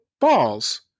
balls